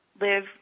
live